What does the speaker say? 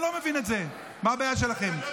לא מבין את זה, מה הבעיה שלכם?